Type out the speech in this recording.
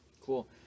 Cool